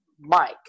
Mike